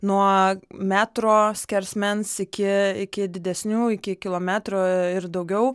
nuo metro skersmens iki iki didesnių iki kilometro ir daugiau